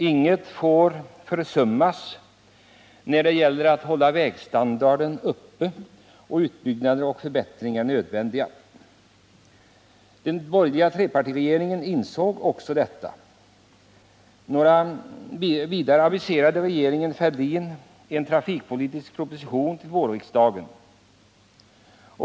Inget får försummas när det gäller att hålla vägstandarden uppe. Utbyggnader och förbättringar är nödvändiga. Den borgerliga trepartiregeringen insåg också detta. Regeringen Fälldin aviserade en trafikpolitisk proposition till vårriksdagen.